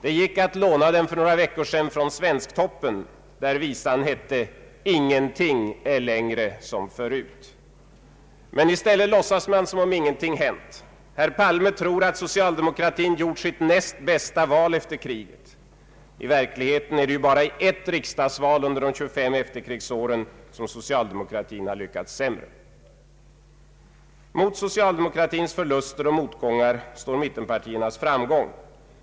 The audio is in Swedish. Det gick att låna den för några veckor sedan från Svensktoppen där det i visan hette: ”Ingenting är längre som förut”. I stället låtsas man som om ingenting hänt. Herr Palme tror att socialdemokratin gjort sitt näst bästa val efter kriget. I verkligheten är det ju bara i ett riksdagsval under de 25 efterkrigsåren som socialdemokratin har lyckats sämre. Mot socialdemokratins förluster och motgångar står mittenpartiernas framgång.